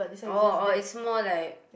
orh orh is more like